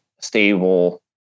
stable